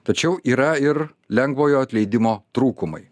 tačiau yra ir lengvojo atleidimo trūkumai